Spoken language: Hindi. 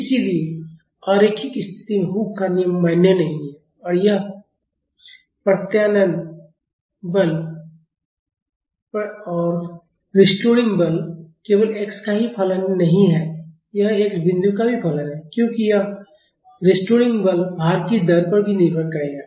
इसलिए अरैखिक स्थिति में हुक का नियम मान्य नहीं है और यह प्रत्यानयन बल केवल x का ही फलन नहीं है यह x बिंदु का भी फलन है क्योंकि यह प्रत्यानयन बल भार की दर पर भी निर्भर करेगा